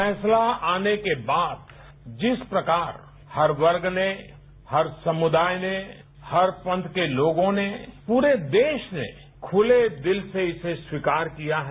फैसला आने के बाद जिस प्रकार हर वर्ग ने हर समुदाय ने हर पंथ के लोगों ने पूरे देश ने खुले दिल से इसे स्वीकार किया है